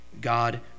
God